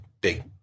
big